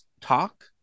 talk